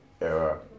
era